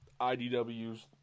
IDW's